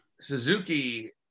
Suzuki